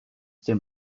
dem